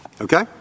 Okay